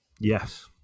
Yes